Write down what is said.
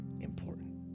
important